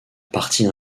partie